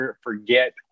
forget